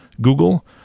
Google